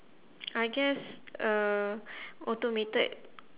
I guess a automated